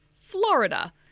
Florida